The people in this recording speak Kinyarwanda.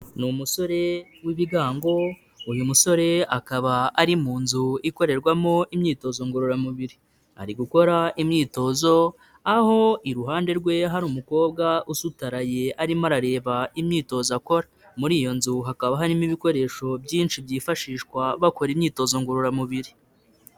Ni umusore w'ibigango, uyu musore akaba ari mu nzu ikorerwamo imyitozo ngororamubiri. Ari gukora imyitozo, aho iruhande rwe hari umukobwa usutaraye arimo arareba imyitozo akora. Muri iyo nzu hakaba harimo ibikoresho byinshi byifashishwa bakora imyitozo ngororamubiri.